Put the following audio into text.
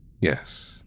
Yes